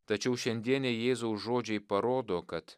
tačiau šiandieniai jėzaus žodžiai parodo kad